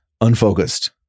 unfocused